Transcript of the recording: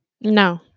No